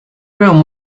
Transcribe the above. room